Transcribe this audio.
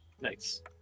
Nice